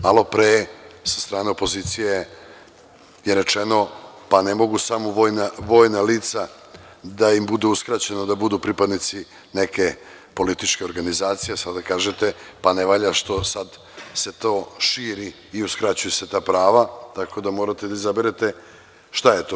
Malopre sa strane opozicije je rečeno – pa ne mogu samo vojna lica da im bude uskraćeno da budu pripadnici neke političke organizacije, a sada kažete – pa ne valja što se sada to širi i uskraćuju se ta prava, tako da morate da izaberete šta je to.